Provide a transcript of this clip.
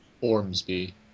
Ormsby